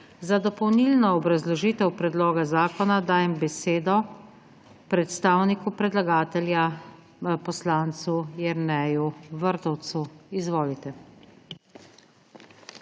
Za dopolnilno obrazložitev predloga zakona dajem besedo predstavniku predlagatelja, poslancu Jerneju Vrtovcu, izvolite.